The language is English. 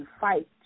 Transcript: fight